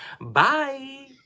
Bye